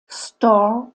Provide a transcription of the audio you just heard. store